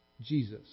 Jesus